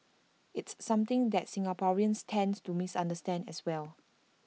it's something that Singaporeans tends to misunderstand as well